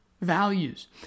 values